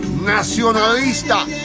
Nacionalista